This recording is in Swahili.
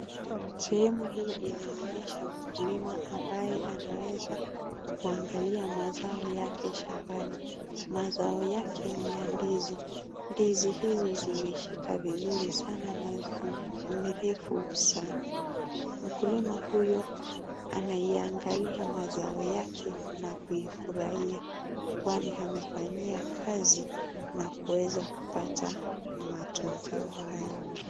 Sehemu hii inaonesha mkulima ambaye anaweza kuangalia mazao yake shambani . Mazao yake ni ya ndizi . Ndizi hizo zimeshika vizuri sana na ni refu sana . Mkulima huyo anaingalia mazao yake na kufurahia kwani amefanyia kazi na kuweza kupata matokeo hayo.